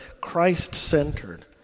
Christ-centered